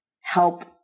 help